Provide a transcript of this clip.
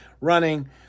running